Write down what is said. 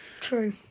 True